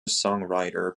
songwriter